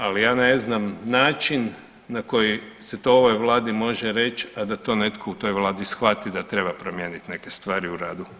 Ali ja ne znam način na koji se to ovoj Vladi može reći, a da netko to u ovoj Vladi shvati da treba promijeniti neke stvari u radu.